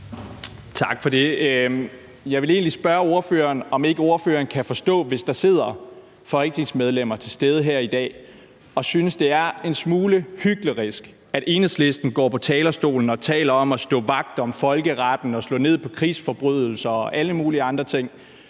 Tak for det. Jeg vil egentlig spørge ordføreren, om ikke ordføreren kan forstå det, hvis der sidder folketingsmedlemmer, som er til stede her i dag og synes, at det er en smule hyklerisk, at Enhedslistens ordfører går på talerstolen og taler om at stå vagt om folkeretten og slå ned på krigsforbrydelser og alle mulige andre ting,